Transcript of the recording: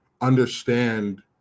understand